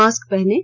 mask पहनें